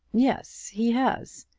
yes he has.